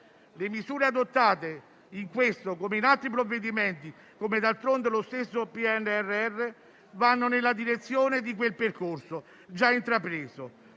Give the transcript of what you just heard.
Le misure adottate in questo come in altri provvedimenti, come d'altronde lo stesso PNRR, vanno nella direzione di quel percorso già intrapreso,